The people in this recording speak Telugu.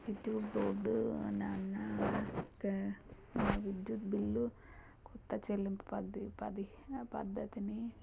విద్యుత్ బోర్డు అనే అన్నా ఓకే విద్యుత్ బిల్లు క్రొత్త చెల్లింపు పద్ధి పది పద్ధతిని